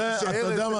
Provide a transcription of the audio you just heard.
אתה יודע מה?